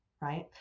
right